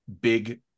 big